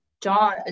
John